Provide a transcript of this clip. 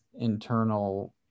internal